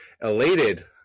elated